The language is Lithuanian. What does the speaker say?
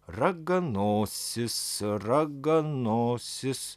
raganosis raganosis